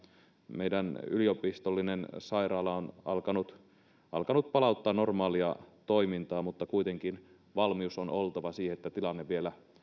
meidän yliopistollinen sairaala on alkanut alkanut palauttaa normaalia toimintaa mutta kuitenkin valmius on oltava siihen että tilanne vielä